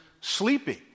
sleeping